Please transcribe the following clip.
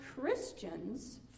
Christians